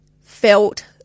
felt